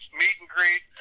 meet-and-greet